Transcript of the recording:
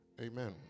amen